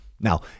Now